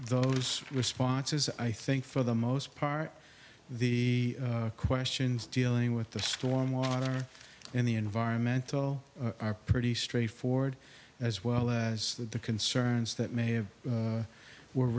those responses i think for the most part the questions dealing with the storm water and the environmental are pretty straightforward as well as the concerns that may have were